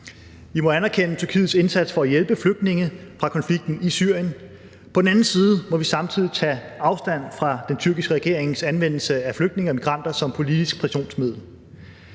Vi må anerkende Tyrkiets indsats for at hjælpe flygtninge fra konflikten i Syrien, men på den anden side må vi samtidig tage afstand fra den tyrkiske regerings anvendelse af flygtninge og migranter som politisk pressionsmiddel,